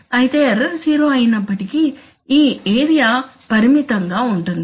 అయితే error zero అయినప్పటికీ ఈ ఏరియా పరిమితంగా ఉంటుంది